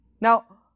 Now